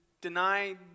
deny